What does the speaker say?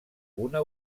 una